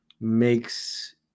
makes